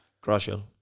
Crucial